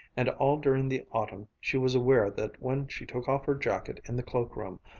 and all during the autumn she was aware that when she took off her jacket in the cloakroom,